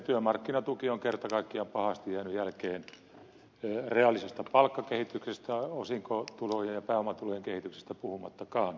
työmarkkinatuki on kerta kaikkiaan pahasti jäänyt jälkeen reaalisesta palkkakehityksestä osinkotulojen ja pääomatulojen kehityksestä puhumattakaan